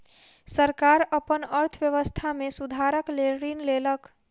सरकार अपन अर्थव्यवस्था में सुधारक लेल ऋण लेलक